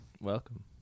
Welcome